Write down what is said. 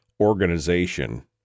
organization